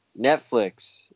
Netflix